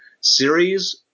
series